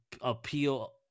appeal